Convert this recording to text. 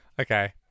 Okay